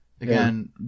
again